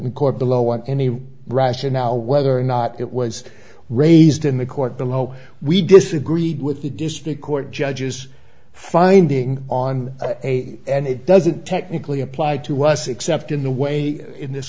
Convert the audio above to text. in court below any rationale whether or not it was raised in the court below we disagreed with the district court judges finding on and it doesn't technically apply to us except in the way in this